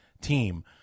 team